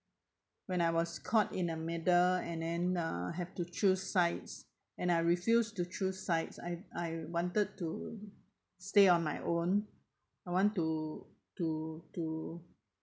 when I was caught in the middle and then uh have to choose sides and I refuse to choose sides I I wanted to stay on my own I want to to to